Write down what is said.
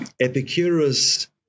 Epicurus